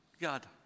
God